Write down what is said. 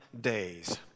days